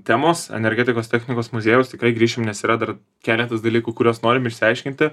temos energetikos technikos muziejaus tikrai grįšim nes yra dar keletas dalykų kuriuos norim išsiaiškinti